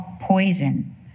poison